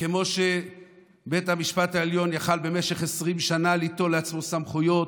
וכמו שבית המשפט העליון יכול במשך 20 שנה ליטול לעצמו סמכויות,